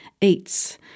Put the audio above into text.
eats